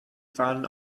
fahnen